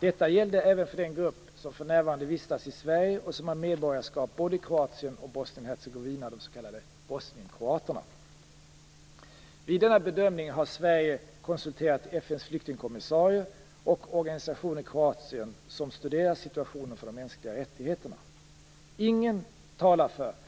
Detta gällde även för den grupp som för närvarande vistas i Sverige och som har medborgarskap både i Kroatien och Bosnien-Hercegovina, de s.k. bosnienkroaterna. Vid denna bedömning har Sverige konsulterat FN:s flyktingkommissarie och organisationer i Kroatien som studerar situationen för de mänskliga rättigheterna. Inget talar för att dessa